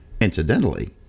incidentally